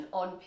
on